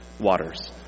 waters